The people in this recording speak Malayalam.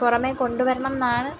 പുറമേകൊണ്ടുവരണമെന്നാണ്